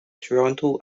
toronto